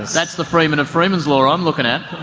that's the freeman of freeman's law i'm looking at.